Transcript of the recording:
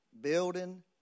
building